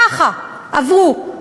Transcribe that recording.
ככה, עברו.